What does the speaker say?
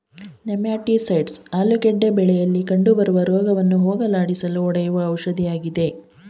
nematicides ಆಲೂಗೆಡ್ಡೆ ಬೆಳೆಯಲಿ ಕಂಡುಬರುವ ರೋಗವನ್ನು ಹೋಗಲಾಡಿಸಲು ಹೊಡೆಯುವ ಔಷಧಿಯಾಗಿದೆ